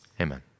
Amen